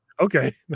Okay